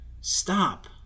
Stop